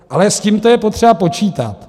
Ale s tímto je potřeba počítat.